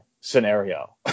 scenario